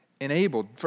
enabled